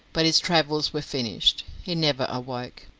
but his travels were finished he never awoke.